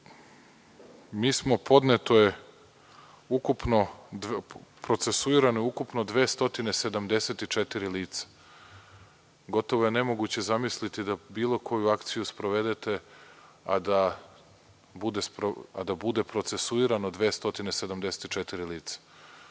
na zvaničan način. Procesuirano je ukupno 274 lica. Gotovo je nemoguće zamisliti da bilo koju akciju sprovedete, a da bude procesuirano 274 lica.